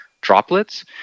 droplets